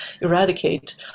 eradicate